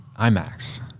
imax